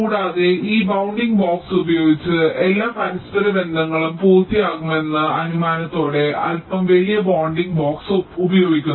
കൂടാതെ ഈ bounding box ഉപയോഗിച്ച് എല്ലാ പരസ്പരബന്ധങ്ങളും പൂർത്തിയാകുമെന്ന അനുമാനത്തോടെ അൽപ്പം വലിയ ബോണ്ടിംഗ് ബോക്സ് ഉപയോഗിക്കുന്നു